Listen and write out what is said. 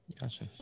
Gotcha